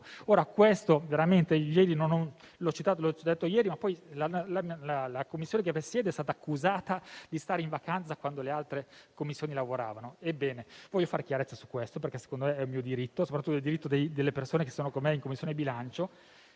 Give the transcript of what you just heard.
del nostro Regolamento. L'ho già detto ieri, ma poi la Commissione che presiedo è stata accusata di stare in vacanza quando le altre Commissioni lavoravano. Ebbene, voglio fare chiarezza su questo, perché ritengo sia mio diritto e soprattutto diritto delle persone che sono con me in Commissione bilancio: